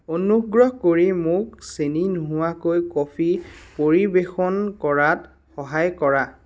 অনুগ্ৰহ কৰি মোক চেনী নোহোৱাকৈ কফি পৰিৱেশন কৰাত সহায় কৰা